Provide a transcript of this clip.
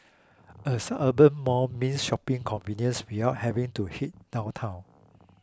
a suburban mall means shopping convenience without having to head downtown